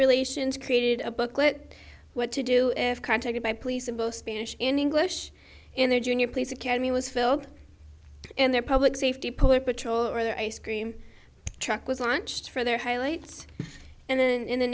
relations created a booklet what to do if contacted by police in both spanish and english in their junior police academy was filled in their public safety puller patrol or their ice cream truck was launched for their highlights and then in the